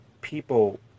people